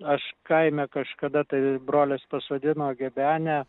aš kaime kažkada tai brolis pasodino gebenę